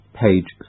page